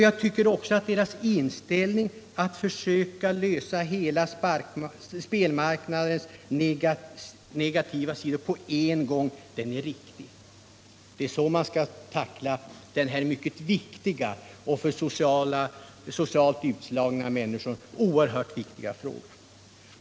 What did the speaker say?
Jag menar också att dess inställning, som innebär att man skall försöka komma till rätta med alla spelmarknadens negativa sidor på en gång, är riktig. Det är så man skall tackla denna mycket viktiga och för socialt utslagna människor oerhört angelägna fråga.